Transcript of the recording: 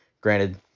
Granted